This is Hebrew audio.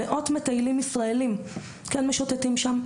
מאות מטיילים ישראלים כן מגיעים לשם,